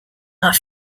are